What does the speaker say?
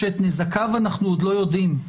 שאת נזקיו אנחנו עוד לא יודעים,